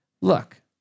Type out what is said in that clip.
Look